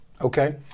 Okay